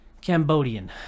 Cambodian